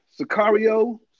Sicario